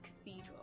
cathedral